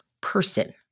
person